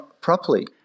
properly